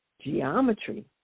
geometry